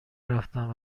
رفتم